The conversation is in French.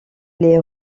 les